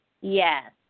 Yes